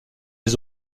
les